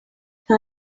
nta